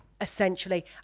essentially